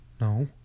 no